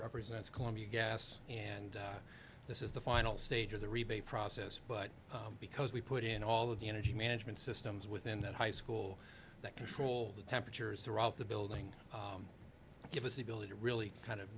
represents columbia gas and this is the final stage of the rebate process but because we put in all of the energy management systems within that high school that control the temperatures throughout the building give us the ability to really kind of